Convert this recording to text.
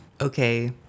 okay